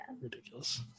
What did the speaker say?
Ridiculous